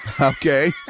Okay